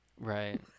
Right